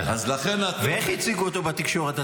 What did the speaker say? אז לכן --- ואיך הציגו אותו בתקשורת,